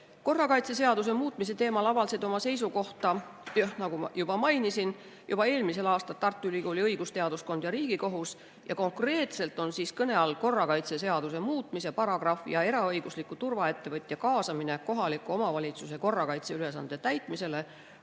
Korrakaitseseaduse muutmise teemal avaldasid oma seisukohta, nagu ma enne mainisin, juba eelmisel aastal Tartu Ülikooli õigusteaduskond ja Riigikohus. Konkreetselt on kõne all korrakaitseseaduse muutmise paragrahv ja eraõigusliku turvaettevõtja kaasamine kohaliku omavalitsuse korrakaitseülesande täitmisele